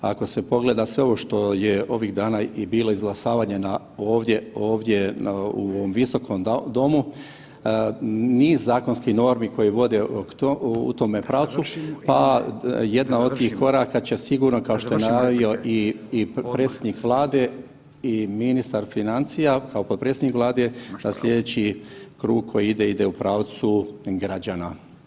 Ako se pogleda sve ovo što je ovih dana i bilo izglasavnje na ovdje u ovom visokom domu, niz zakonskih normi koje vode u tome pravcu, a jedna od tih koraka će sigurno kao što je najavio i predsjednik Vlade i ministar financija kao potpredsjednik Vlade da slijedeći krug koji ide, ide u pravcu građana.